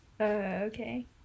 Okay